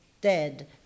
dead